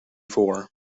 four